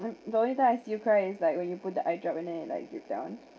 the only time I see you cry is like when you put the eyedrop and then it like drip down